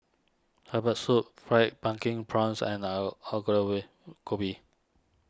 Herbal Soup Fried Pumpkin Prawns and Gobi